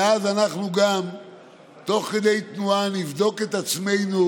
ואז אנחנו תוך כדי תנועה נבדוק את עצמנו